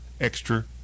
extra